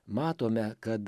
matome kad